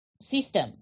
system